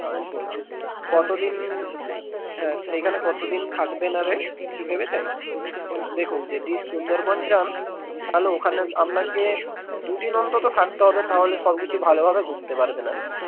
আচ্ছা কত দিন হ্যাঁ সেইখানে কত দিন থাকবেন আরে কিছু ভেবেছেন দেখুন যদি সুন্দরবন যান তাহলে ওখানে আপনাকে দুদিন অন্তত থাকতে হবে তাহলে সব কিছু ভালোভাবে ঘুরতে পারবেন আর কি